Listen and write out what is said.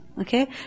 Okay